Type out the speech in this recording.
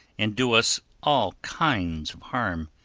and do us all kinds of harm.